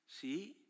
see